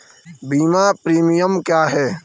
बीमा प्रीमियम क्या है?